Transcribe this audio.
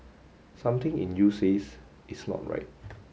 something in you says it's not right